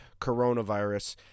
coronavirus